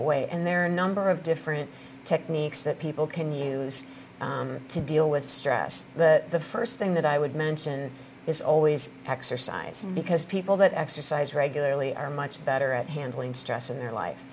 away and there are a number of different techniques to people can use to deal with stress the first thing that i would mention is always exercise because people that exercise regularly are much better at handling stress in their life